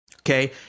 Okay